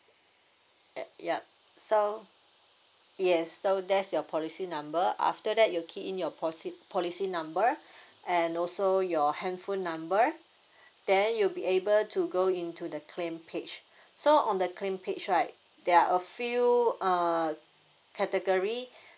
uh ya so yes so there's your policy number after that you key in your policy policy number and also your handphone number then you will be able to go into the claim page so on the claim page right there are a few uh category